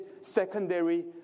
secondary